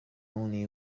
only